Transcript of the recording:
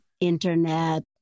internet